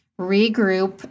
regroup